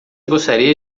gostaria